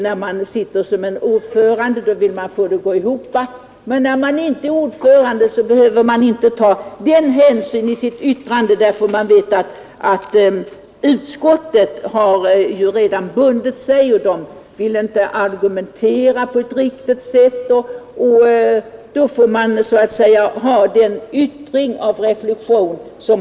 När man sitter som ordförande vill man samla utskottet men när man inte är ordförande behöver man inte ta samma hänsyn utan får göra sina egna reflexioner.